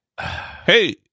Hey